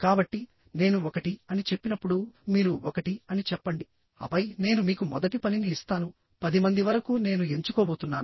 కాబట్టినేను ఒకటి అని చెప్పినప్పుడుమీరు ఒకటి అని చెప్పండిఆపై నేను మీకు మొదటి పనిని ఇస్తానుపది మంది వరకు నేను ఎంచుకోబోతున్నాను